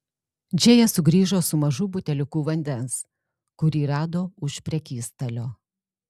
džėja sugrįžo su mažu buteliuku vandens kurį rado už prekystalio